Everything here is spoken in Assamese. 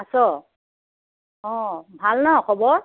আছ অঁ ভাল ন খবৰ